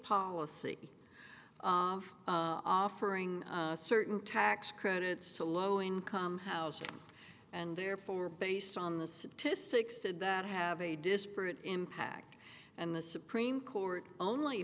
policy of offering certain tax credits to low income housing and therefore were based on the statistics did that have a disparate impact and the supreme court only